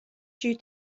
due